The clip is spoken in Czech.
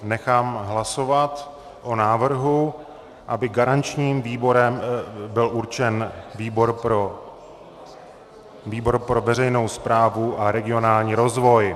Nechám hlasovat o návrhu, aby garančním výborem byl určen výbor pro veřejnou správu a regionální rozvoj.